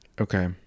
Okay